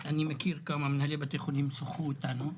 אני מכיר כמה מנהלי בתי החולים ששוחחו איתנו,